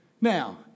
Now